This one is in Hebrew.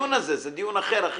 שלא יצביע עכשיו על התקנות,